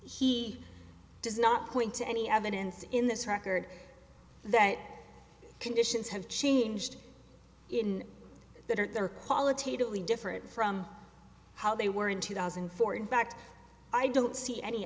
he does not point to any evidence in this record that conditions have changed in that are there qualitatively different from how they were in two thousand and four in fact i don't see any